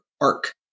ARC